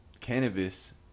cannabis